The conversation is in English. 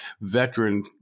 veteran